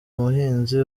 umuhinzi